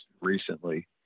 recently